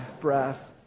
breath